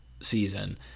season